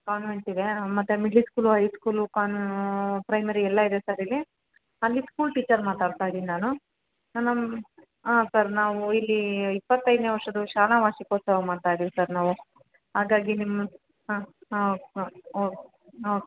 convent ಇದೆ ಮತ್ತು middle school high school ಕಾನ್ ಪ್ರೈಮರಿ ಎಲ್ಲ ಇದೆ ಸರ್ ಇಲ್ಲಿ ಅಲ್ಲಿ ಸ್ಕೂಲ್ ಟೀಚರ್ ಮಾತಾಡ್ತಾ ಇದೀನಿ ನಾನು ನಾನು ಹಾಂ ಸರ್ ನಾವು ಇಲ್ಲಿ ಇಪ್ಪತ್ತೈದನೇ ವರ್ಷದ್ದು ಶಾಲಾ ವಾರ್ಷಿಕೋತ್ಸವ ಮಾಡ್ತಾಯಿದೀವಿ ಸರ್ ನಾವು ಹಾಗಾಗಿ ನಿಮ್ಮ ಹಾಂ ಹಾಂ ಹಾಂ ಓಕೆ ಹಾಂ